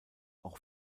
auch